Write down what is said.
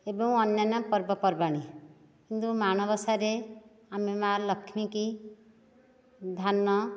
ଏବଂ ଅନ୍ୟାନ୍ୟ ପର୍ବପର୍ବାଣୀ କିନ୍ତୁ ମାଣବସାରେ ଆମେ ମା' ଲକ୍ଷ୍ମୀଙ୍କୁ ଧାନ